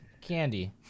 Candy